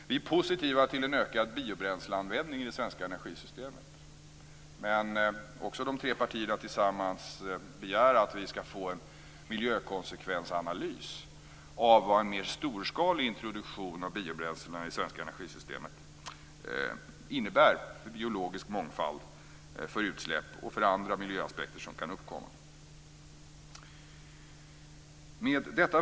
Vi är positiva till en ökad biobränsleanvändning i det svenska energisystemet. Men Moderaterna, Folkpartiet och Kristdemokraterna begär att vi skall få en miljökonsekvensanalys av vad en mer storskalig introduktion av biobränslena i det svenska energisystemet innebär för biologisk mångfald, för utsläpp och för andra miljöaspekter som kan uppkomma. Fru talman!